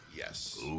Yes